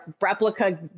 replica